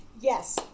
yes